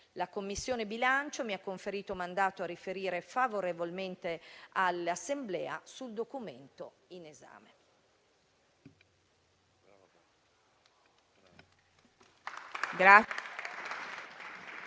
La Commissione bilancio mi ha conferito mandato a riferire favorevolmente all'Assemblea sul documento in esame.